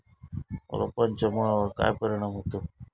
रोपांच्या मुळावर काय परिणाम होतत?